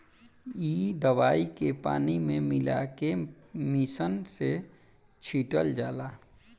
इ दवाई के पानी में मिला के मिशन से छिटल जाला